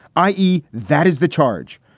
i e, that is the charge.